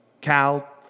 Cal